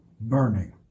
burning